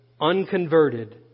unconverted